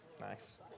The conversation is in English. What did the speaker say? Nice